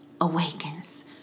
awakens